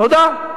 תודה.